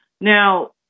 Now